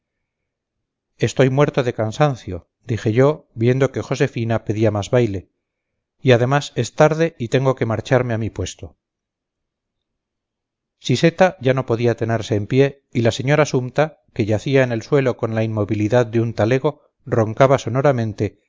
estoy muerto de cansancio dije yo viendo que josefina pedía más baile y además es tarde y tengo que marcharme a mi puesto siseta ya no podía tenerse en pie y la señora sumta que yacía en el suelo con la inmovilidad de un talego roncaba sonoramente